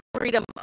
freedom